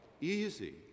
easy